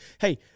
hey